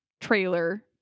trailer